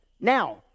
Now